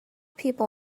people